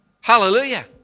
Hallelujah